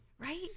right